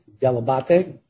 Delabate